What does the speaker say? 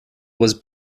was